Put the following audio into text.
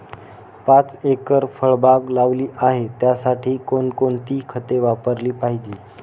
पाच एकर फळबाग लावली आहे, त्यासाठी कोणकोणती खते वापरली पाहिजे?